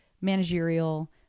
managerial